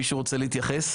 מישהו רוצה להתייחס?